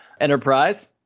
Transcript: Enterprise